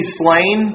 slain